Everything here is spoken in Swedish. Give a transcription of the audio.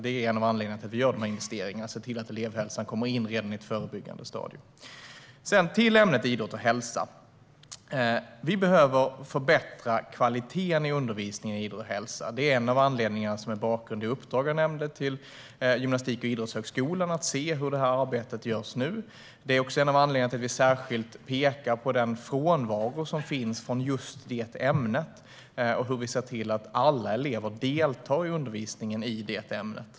En av anledningarna till att vi göra dessa investeringar är att elevhälsan ska komma in på ett tidigare stadium. Vi behöver förbättra kvaliteten i undervisningen i idrott och hälsa. Det ingår i det nämnda uppdraget till Gymnastik och idrottshögskolan att se hur detta arbete görs nu. Vi pekar också särskilt på den frånvaro som finns i detta ämne och hur man ser till att alla elever deltar i undervisningen i detta ämne.